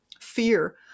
fear